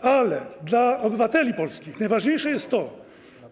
Ale dla obywateli polskich najważniejsze jest to,